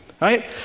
Right